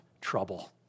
trouble